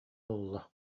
ылла